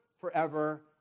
forever